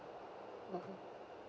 mmhmm